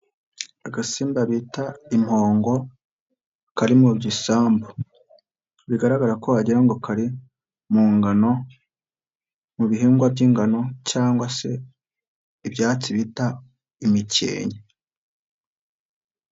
Agasimba bita impongo kari mu gisambu bigaragara ko wagira ngo kari mu ngano, mu bihingwa by'ingano cyangwa se ibyatsi bita imikenke.